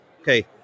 okay